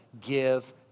give